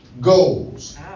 goals